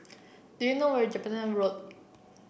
do you know where Jelapang Road